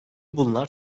bunlar